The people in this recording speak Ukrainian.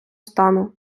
стану